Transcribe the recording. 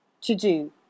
To-do